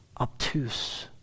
Obtuse